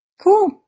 cool